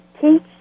teach